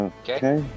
okay